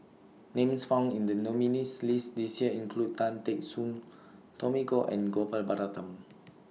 Names found in The nominees' list This Year include Tan Teck Soon Tommy Koh and Gopal Baratham